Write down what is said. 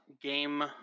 game